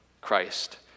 Christ